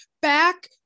back